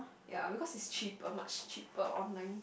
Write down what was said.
ya because it's cheaper much cheaper online